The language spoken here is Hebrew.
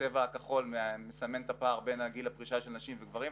הצבע הכחול מסמן את הפער בין גיל הפרישה של נשים לגיל הפרישה של גברים,